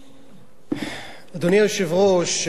אדוני היושב-ראש, חברי חברי הכנסת,